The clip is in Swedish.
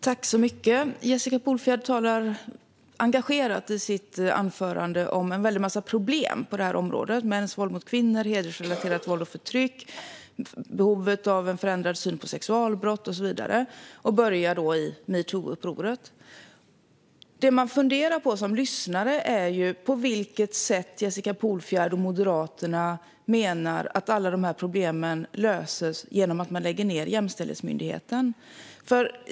Fru talman! Jessica Polfjärd talade engagerat i sitt anförande om en väldig massa problem på detta område - mäns våld mot kvinnor, hedersrelaterat våld och förtryck, behovet av en förändrad syn på sexualbrott och så vidare - och började i metoo-upproret. Det man funderar på som lyssnare är på vilket sätt Jessica Polfjärd och Moderaterna menar att alla dessa problem löses genom att man lägger ned Jämställdhetsmyndigheten.